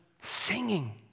singing